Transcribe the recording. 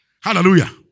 Hallelujah